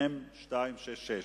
מ/266,